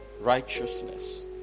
righteousness